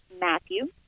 Matthew